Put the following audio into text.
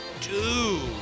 Dude